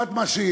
לעומת מה שיש.